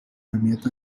اهمیت